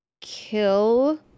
kill